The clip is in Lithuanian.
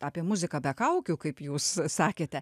apie muziką be kaukių kaip jūs sakėte